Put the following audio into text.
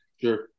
Sure